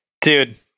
Dude